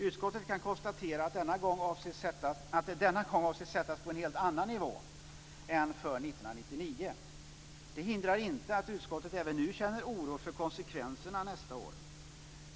Utskottet kan konstatera att det denna gång avses sättas på en helt annan nivå än för 1999. Det hindrar inte att utskottet även nu känner oro för konsekvenserna nästa år.